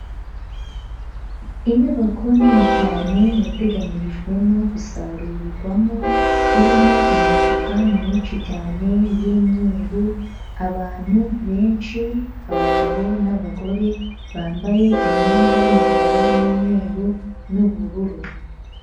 Inyubako nini cyane yateganyirijwemo gusarurirwamo, irimo imifuka myinshi cyane y'umweru, abantu benshi, abagabo n'abagore bambaye imyenda y'umukara n'umweru n'ubururu.